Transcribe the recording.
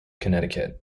connecticut